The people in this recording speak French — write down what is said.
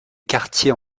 quartiers